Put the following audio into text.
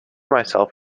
myself